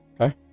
Okay